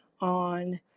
on